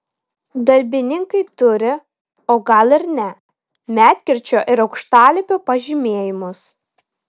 darbininkai turi o gal ir ne medkirčio ir aukštalipio pažymėjimus